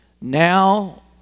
now